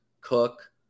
Cook